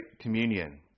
communion